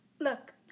look